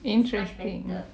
interesting